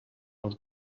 els